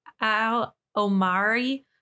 Al-Omari